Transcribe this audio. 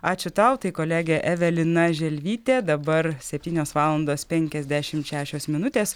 ačiū tau tai kolegė evelina želvytė dabar septynios valandos penkiasdešimt šešios minutės